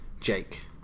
Jake